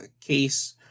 case